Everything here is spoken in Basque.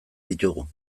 ditugu